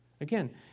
Again